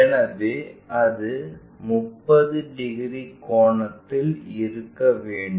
எனவே அது 30 டிகிரி கோணத்தில் இருக்க வேண்டும்